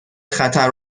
خطر